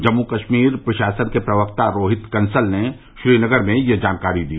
जम्मू कश्मीर प्रशासन के प्रवक्ता रोहित कंसल ने श्रीनगर में यह जानकारी दी